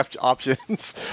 options